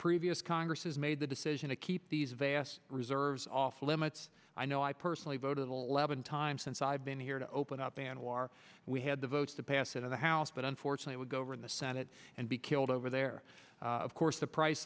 previous congresses made the decision to keep these vast reserves off limits i know i personally voted eleven times since i've been here to open up anwar we had the votes to pass it in the house but unfortunately would go over in the senate and be killed over there of course the price